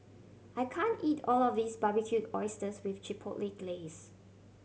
I can't eat all of this Barbecued Oysters with Chipotle Glaze